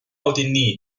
奥地利